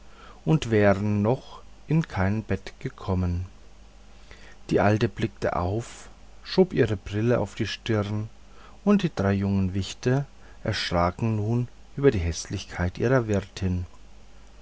und wären noch in kein bette gekommen die alte blickte auf schob ihre brille auf die stirne und die drei jungen wichte erschraken nun über die häßlichkeit ihrer wirtin